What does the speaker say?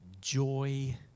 joy